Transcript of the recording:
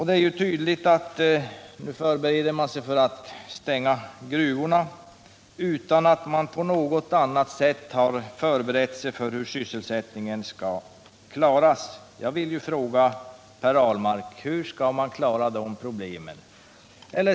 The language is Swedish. Det är tydligt att man nu förbereder sig för att stänga gruvorna utan att på något sätt ha förberett sig för att klara sysselsättningen. Jag vill fråga Per Ahlmark: Hur skall man klara de problemen?